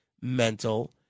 mental